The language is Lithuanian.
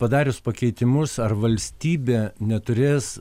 padarius pakeitimus ar valstybė neturės